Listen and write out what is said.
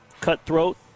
cutthroat